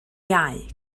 iau